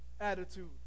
attitude